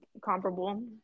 comparable